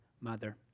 mother